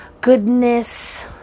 goodness